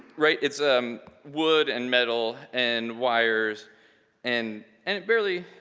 right? it's a wood and metal and wires and and it barely,